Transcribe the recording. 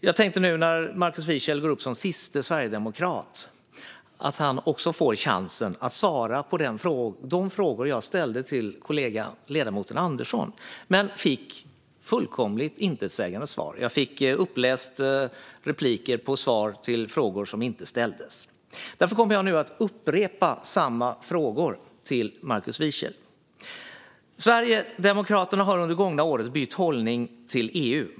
Jag tänkte nu när Markus Wiechel går upp som siste sverigedemokrat att han också ska få chansen att svara på de frågor jag ställde till ledamoten Andersson men fick svar som var fullkomligt intetsägande. Jag fick svar upplästa, men det var svar på frågor som inte hade ställts. Därför kommer jag nu att ställa samma frågor till Markus Wiechel. Sverigedemokraterna har under det gångna året bytt hållning till EU.